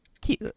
Cute